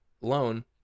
loan